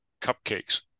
cupcakes